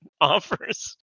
offers